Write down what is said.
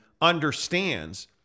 understands